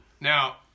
Now